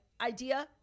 Idea